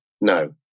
No